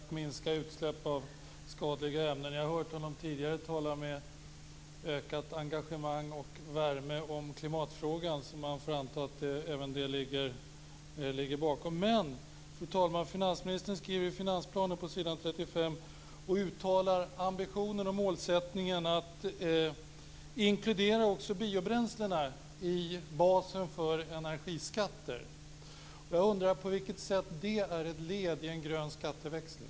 Fru talman! Finansministern talade nyss om att energiskatten var till för att minska utsläpp av skadliga ämnen. Jag har tidigare hört honom med ökat engagemang och med värme tala om klimatfrågan. Man får därför anta att även det ligger bakom. Fru talman! Finansministern uttalar i finansplanen på s. 35 ambitionen och målsättningen att inkludera också biobränslena i basen för energiskatter. Jag undrar på vilket sätt det är ett led i en grön skatteväxling.